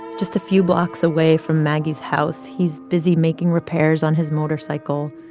just a few blocks away from maggie's house, he's busy making repairs on his motorcycle,